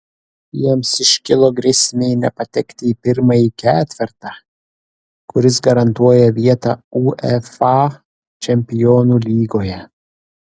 jiems iškilo grėsmė nepatekti į pirmąjį ketvertą kuris garantuoja vietą uefa čempionų lygoje